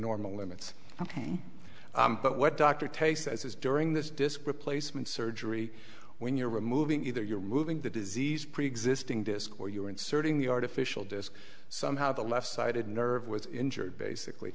normal limits ok but what dr taste as is during this disc replacement surgery when you're removing either you're moving the disease preexisting disk or you're inserting the artificial disk somehow the left side of nerve was injured basically